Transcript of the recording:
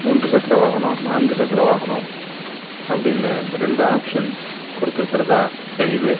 மூன்று சக்கர வாகனம் நான்கு சக்கர வாகனம் அப்படின்னு ரெண்டு ஆப்ஷன் கொடுத்துருக்கறதா தெரியுது